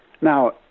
Now